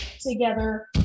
together